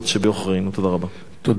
חבר הכנסת נסים זאב, בבקשה.